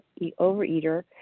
overeater